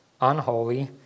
unholy